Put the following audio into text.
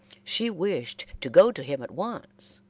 she wished to go to him at once,